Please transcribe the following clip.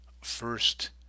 first